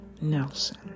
Nelson